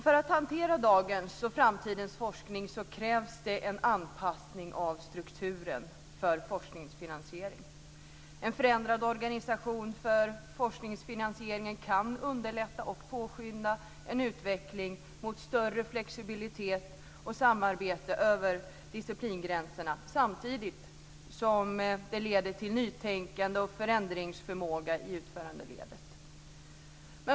För att hantera dagens och framtidens forskning krävs en anpassning av strukturen för finansiering av forskning. En förändrad organisation för finansiering av forskning kan underlätta och påskynda en utveckling mot större flexibilitet och samarbete över disciplingränserna, samtidigt som det leder till nytänkande och förändringsförmåga i utförandeledet.